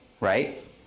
right